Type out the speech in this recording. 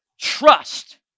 trust